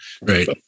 Right